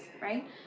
right